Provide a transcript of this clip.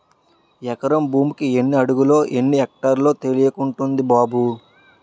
ఎకరం భూమికి ఎన్ని అడుగులో, ఎన్ని ఎక్టార్లో తెలియకుంటంది బాబూ